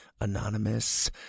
Anonymous